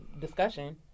discussion